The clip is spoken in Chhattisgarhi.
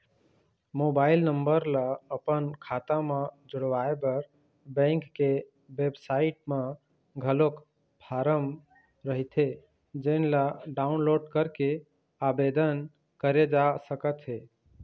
मोबाईल नंबर ल अपन खाता म जोड़वाए बर बेंक के बेबसाइट म घलोक फारम रहिथे जेन ल डाउनलोड करके आबेदन करे जा सकत हे